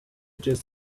just